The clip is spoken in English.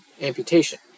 amputation